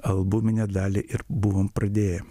albuminę dalį ir buvom pradėję